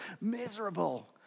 miserable